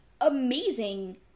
amazing